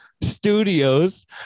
studios